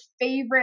favorite